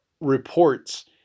reports